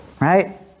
right